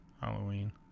Halloween